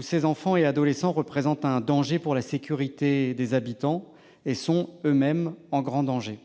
Ces enfants et adolescents représentent un danger pour la sécurité des habitants et sont eux-mêmes en grand danger.